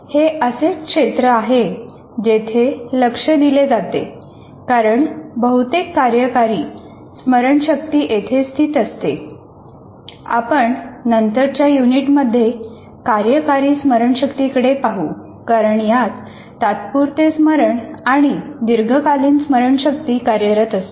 हे असे क्षेत्र आहे जेथे लक्ष दिले जाते कारण बहुतेक कार्यकारी स्मरणशक्ती येथे स्थित असते